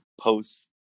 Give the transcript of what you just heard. post